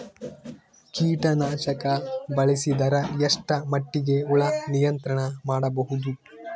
ಕೀಟನಾಶಕ ಬಳಸಿದರ ಎಷ್ಟ ಮಟ್ಟಿಗೆ ಹುಳ ನಿಯಂತ್ರಣ ಮಾಡಬಹುದು?